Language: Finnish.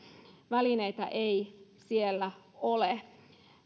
välineitä ei siellä ole